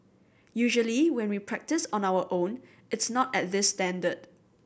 usually when we practise on our own it's not at this standard